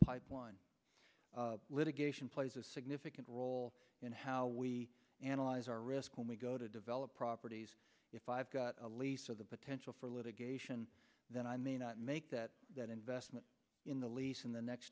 pipeline litigation plays a significant role in how we analyze our risk when we go to develop properties if i've got a lease of the potential for litigation then i may not make that investment in the lease in the next